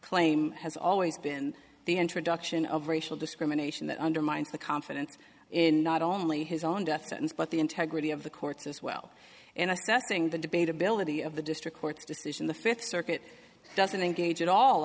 claim has always been the introduction of racial discrimination that undermines the confidence in not only his own death sentence but the integrity of the courts as well and i think the debate ability of the district court's decision the fifth circuit doesn't engage at all